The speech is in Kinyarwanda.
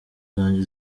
zanjye